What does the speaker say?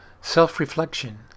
Self-reflection